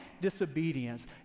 disobedience